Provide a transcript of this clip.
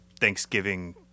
Thanksgiving